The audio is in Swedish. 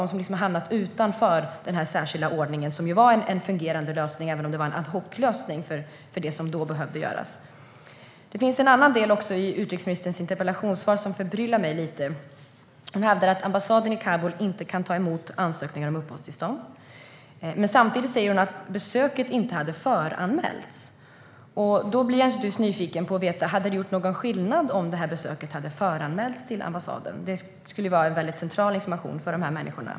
De har hamnat utanför den här särskilda ordningen, som var en fungerande lösning - även om det var en ad hoc-lösning - för det som då behövde göras. Det finns en annan del i utrikesministerns interpellationssvar som förbryllar mig lite. Hon hävdar att ambassaden i Kabul inte kan ta emot ansökningar om uppehållstillstånd, men hon säger samtidigt att besöket inte hade föranmälts. Då blir jag nyfiken på om det hade gjort någon skillnad om detta besök hade föranmälts till ambassaden. Det här skulle vara väldigt central information för dessa människor.